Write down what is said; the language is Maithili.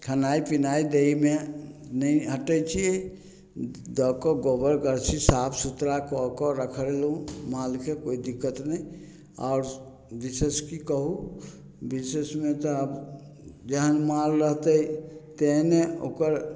खेनाय पीनाय दैमे नहि हटय छी दऽ कऽ गोबर करसी साफ सुथरा कए कऽ रखलहुँ मालके कोइ दिक्कत नहि आओर विशेष की कहू विशेषमे तऽ आब जेहन माल रहतै तेहने ओकर